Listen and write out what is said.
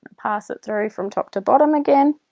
pass it through from top to bottom again.